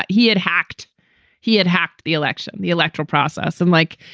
but he had hacked he had hacked the election, the electoral process and like,